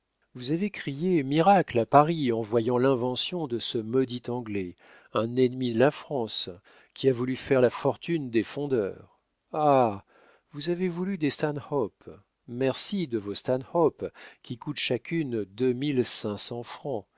vous avez crié miracle à paris en voyant l'invention de ce maudit anglais un ennemi de la france qui a voulu faire la fortune des fondeurs ah vous avez voulu des stanhope merci de vos stanhope qui coûtent chacune deux